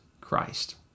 Christ